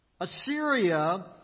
Assyria